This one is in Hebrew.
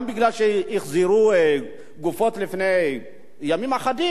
גם בגלל שהחזירו גופות לפני ימים אחדים,